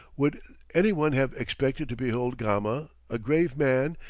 would any one have expected to behold gama, a grave man,